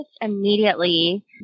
immediately